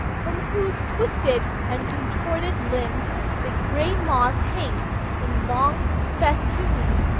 from whose twisted and contorted limbs the gray moss hangs in long festoons,